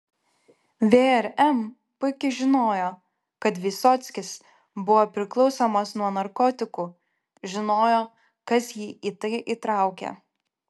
vrm puikiai žinojo kad vysockis buvo priklausomas nuo narkotikų žinojo kas jį į tai įtraukė